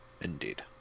Indeed